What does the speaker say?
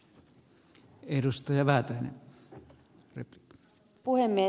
arvoisa puhemies